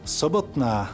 sobotná